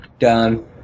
done